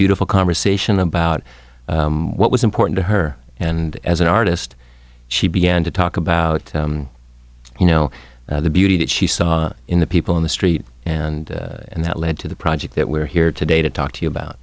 beautiful conversation about what was important to her and as an artist she began to talk about you know the beauty that she saw in the people in the street and that led to the project that we're here today to talk to you about